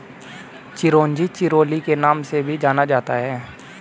चिरोंजी चिरोली के नाम से भी जाना जाता है